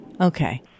okay